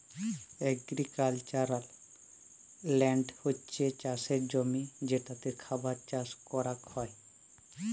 agricultural land হছ্যে চাসের জমি যেটাতে খাবার চাস করাক হ্যয়